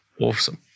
awesome